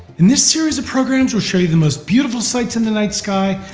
in this series of programs we'll show you the most beautiful sights in the night sky,